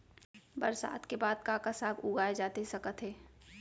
बरसात के बाद का का साग उगाए जाथे सकत हे?